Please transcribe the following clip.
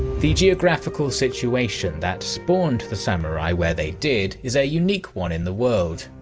the geographical situation that spawned the samurai where they did is a unique one in the world.